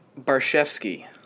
Barshevsky